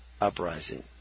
uprising